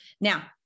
Now